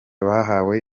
bahawe